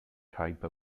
type